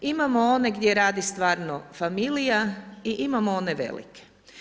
Imamo one gdje radi stvarno familija i imamo one velike.